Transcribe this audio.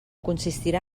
consistirà